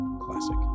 Classic